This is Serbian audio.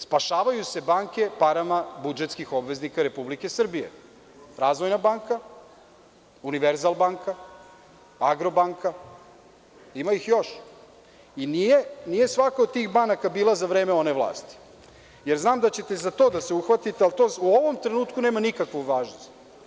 Spašavaju se banke parama budžetskih obveznika Republike Srbije, „Razvojna banka“, „Univerzal banaka“, „Agrobanka“ ima ih još i nije svaka od tih banaka bila za vreme one vlasti, jer znam da će te zato da se uhvatite, ali to u ovom trenutku nema nikakvu važnost.